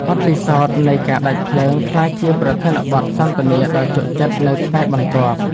បទពិសោធន៍នៃការដាច់ភ្លើង ក្លាយជាប្រធានបទសន្ទនាដ៏ជក់ចិត្តនៅថ្ងៃបន្ទាប់។